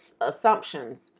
assumptions